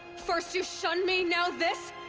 first you shun me, now this?